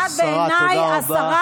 את בעיניי השרה